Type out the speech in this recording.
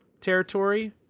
territory